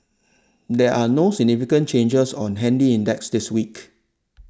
there are no significant changes on handy index this week